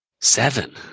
Seven